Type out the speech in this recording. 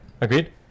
agreed